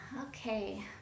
okay